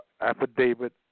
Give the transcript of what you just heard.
affidavit